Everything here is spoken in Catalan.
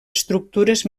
estructures